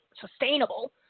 sustainable